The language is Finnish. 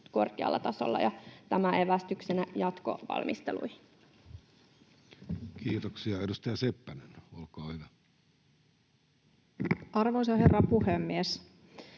korkealla tasolla. Tämä evästyksenä jatkovalmisteluihin. Kiitoksia. — Edustaja Seppänen, olkaa hyvä. Arvoisa herra puhemies!